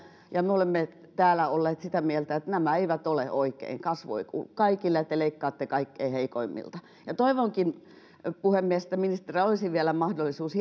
ja me olemme täällä olleet sitä mieltä että nämä eivät ole oikein kasvu ei kuulu kaikille ja te leikkaatte kaikkein heikoimmilta toivonkin puhemies että ministerillä olisi vielä mahdollisuus